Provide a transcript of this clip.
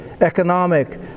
economic